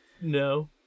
no